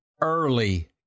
early